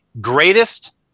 Greatest